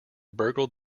burgle